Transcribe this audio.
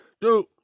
Dude